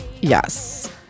Yes